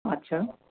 আচ্ছা